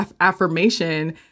affirmation